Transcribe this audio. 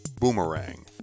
Boomerang